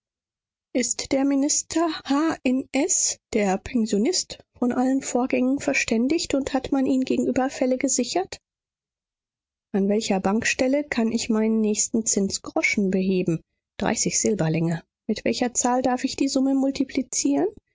ist der minister h in s der pensionist von allen vorgängen verständigt und hat man ihn gegen überfälle gesichert an welcher bankstelle kann ich meinen nächsten zinsgroschen beheben dreißig silberlinge mit welcher zahl darf ich die summe